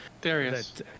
Darius